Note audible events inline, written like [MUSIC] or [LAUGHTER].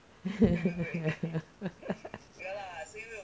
[LAUGHS]